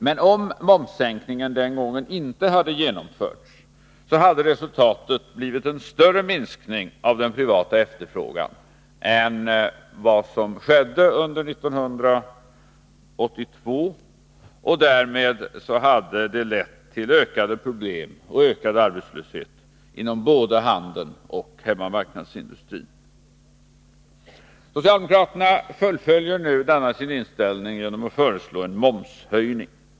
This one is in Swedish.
Men om momssänkningen den gången inte hade genomförts, så hade resultatet blivit en större minskning av den privata efterfrågan än vad som skedde under 1982, och därmed hade det lett till ökade problem och ökad arbetslöshet inom både handeln och hemmamarknadsindustrin. Socialdemokraterna fullföljer nu denna sin inställning genom att föreslå en momshöjning.